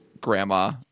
grandma